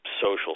social